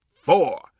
four